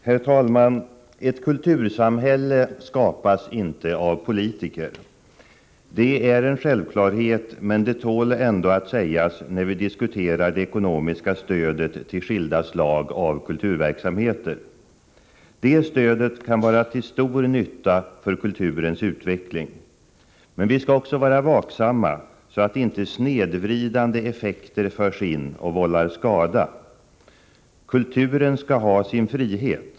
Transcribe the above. Herr talman! Ett kultursamhälle skapas inte av politiker. Det är en självklarhet, men det tål ändå att sägas när vi diskuterar det ekonomiska stödet till skilda slag av kulturverksamheter. Det stödet kan vara till stor nytta för kulturens utveckling. Men vi skall också vara vaksamma, så att inte snedvridande effekter förs in och vållar skada. Kulturen skall ha sin frihet.